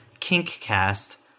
KINKCAST